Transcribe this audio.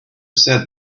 said